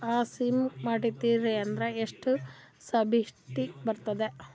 ಆ ಸ್ಕೀಮ ಮಾಡ್ಸೀದ್ನಂದರ ಎಷ್ಟ ಸಬ್ಸಿಡಿ ಬರ್ತಾದ್ರೀ?